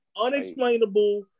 unexplainable